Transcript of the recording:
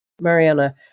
Mariana